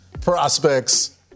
prospects